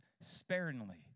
sparingly